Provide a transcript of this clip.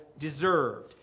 deserved